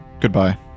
Goodbye